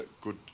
good